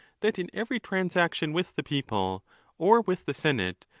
that in every transaction with the people or with the senate,